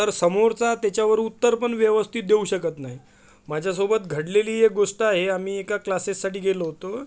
तर समोरचा त्याच्यावर उत्तर पण व्यवस्थित देऊ शकत नाही माझ्यासोबत घडलेली एक गोष्ट आहे आम्ही एका क्लासेससाठी गेलो होतो